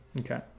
Okay